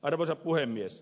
arvoisa puhemies